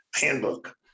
handbook